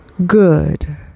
good